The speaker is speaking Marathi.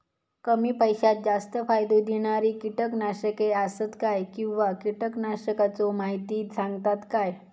कमी पैशात जास्त फायदो दिणारी किटकनाशके आसत काय किंवा कीटकनाशकाचो माहिती सांगतात काय?